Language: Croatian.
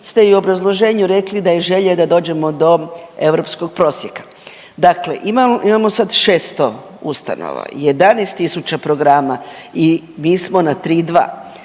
ste i u obrazloženju rekli da je želja da dođemo do europskog prostora. Dakle, imamo sad 600 ustanova, 11.000 programa i mi smo na 3,2.